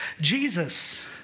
Jesus